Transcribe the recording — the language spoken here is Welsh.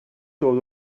dod